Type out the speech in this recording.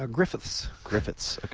ah griffiths. griffiths. okay.